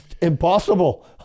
impossible